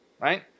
right